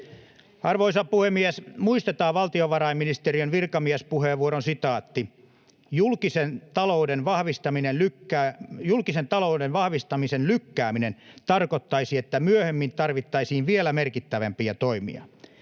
Arvoisa puhemies! Muistetaan valtiovarainministeriön virkamiespuheenvuoron sitaatti: ”Julkisen talouden vahvistamisen lykkääminen tarkoittaisi, että myöhemmin tarvittaisiin vielä merkittävämpiä toimia.